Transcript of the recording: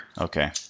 Okay